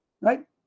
right